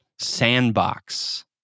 sandbox